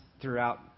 throughout